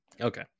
Okay